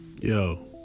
Yo